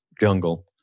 jungle